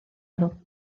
nhw